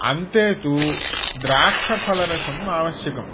अन्ते तु द्राक्षफलरसम् आवश्यकम्